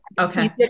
Okay